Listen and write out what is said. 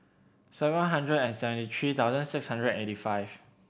seven hundred and seventy three thousand six hundred eight five